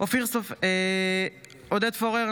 עודד פורר,